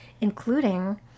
including